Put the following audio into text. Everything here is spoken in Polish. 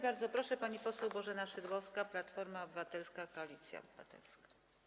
Bardzo proszę, pani poseł Bożena Szydłowska, Platforma Obywatelska - Koalicja Obywatelska.